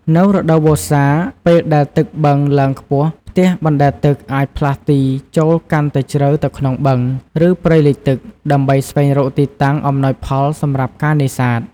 នៅរដូវវស្សា ពេលដែលទឹកបឹងឡើងខ្ពស់ ផ្ទះបណ្ដែតទឹកអាចផ្លាស់ទីចូលកាន់តែជ្រៅទៅក្នុងបឹង ឬព្រៃលិចទឹក ដើម្បីស្វែងរកទីតាំងអំណោយផលសម្រាប់ការនេសាទ។